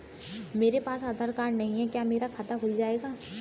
मेरे पास आधार कार्ड नहीं है क्या मेरा खाता खुल जाएगा?